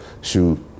shoot